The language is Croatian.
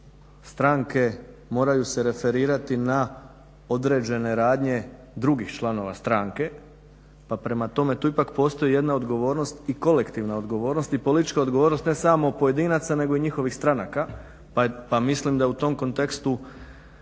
stranke moraju se referirati na određene radnje drugih članova stranke pa prema tome tu ipak postoji jedna odgovornost i kolektivna odgovornost i politička odgovornost ne samo pojedinaca nego i njihovih stranaka pa mislim da u tom kontekstu